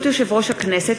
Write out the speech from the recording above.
הכנסת,